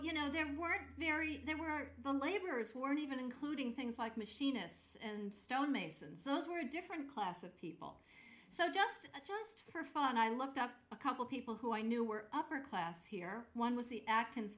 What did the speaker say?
you know there were very there were the laborers weren't even including things like machinists and stone masons those were different class of people so just just for fun i looked up a couple people who i knew were upper class here one was the a